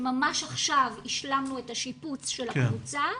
שממש עכשיו השלמנו את השיפוץ של הקבוצה,